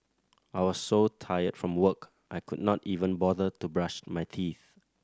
I was so tired from work I could not even bother to brush my teeth